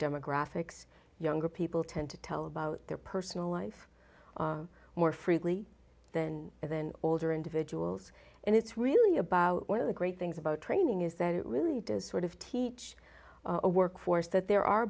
demographics younger people tend to tell about their personal life more freely than than older individuals and it's really about one of the great things about training is that it really does sort of teach a workforce that there are